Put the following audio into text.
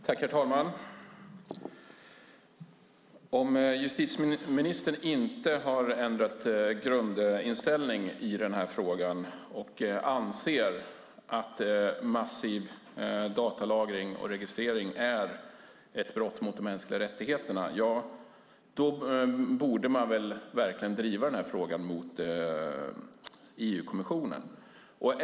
Herr talman! Om justitieministern inte har ändrat grundinställning i den här frågan utan anser att massiv datalagring och registrering är ett brott mot de mänskliga rättigheterna borde hon väl verkligen driva den här frågan mot EU-kommissionen.